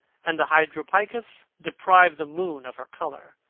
and the hydropicus deprived the moon of her colour.